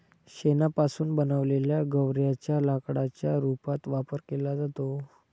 शेणापासून बनवलेल्या गौर्यांच्या लाकडाच्या रूपात वापर केला जातो